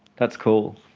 that's cool.